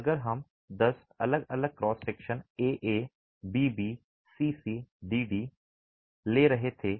अगर हम दस अलग अलग cross section A A B B C C D D ले रहे थे